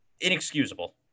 Inexcusable